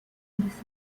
ماست